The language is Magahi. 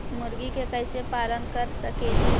मुर्गि के कैसे पालन कर सकेली?